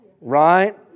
Right